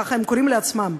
ככה הם קוראים לעצמם,